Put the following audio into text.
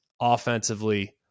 offensively